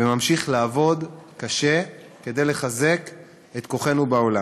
וממשיך לעבוד קשה כדי לחזק את כוחנו בעולם.